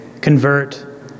convert